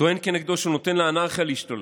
הוא טוען נגדו שהוא נותן לאנרכיה להשתולל,